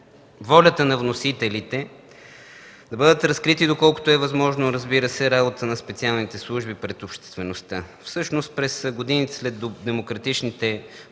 волята на вносителите да бъдат разкрити, доколкото е възможно, разбира се, работата на специалните служби пред обществеността. Всъщност, през годините след демократичните промени,